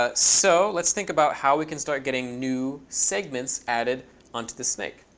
ah so let's think about how we can start getting new segments added onto the snake.